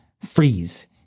freeze